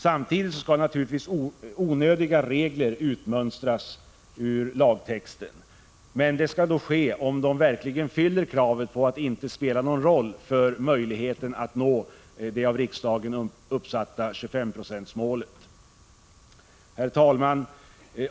Samtidigt skall naturligtvis onödiga regler utmönstras ur lagtexten, men det skall ske om de verkligen fyller kravet på att inte spela någon roll för möjligheten att nå det av riksdagen uppsatta 25-procentsmålet. Herr talman!